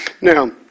Now